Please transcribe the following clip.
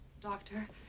Doctor